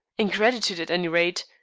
in gratitude, at any rate.